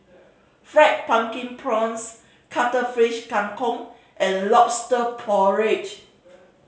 Fried Pumpkin Prawns Cuttlefish Kang Kong and Lobster Porridge